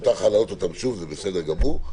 מותר לך להעלות אותם שוב, זה בסדר גמור.